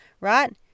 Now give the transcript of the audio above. right